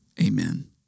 Amen